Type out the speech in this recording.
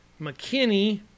McKinney